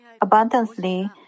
abundantly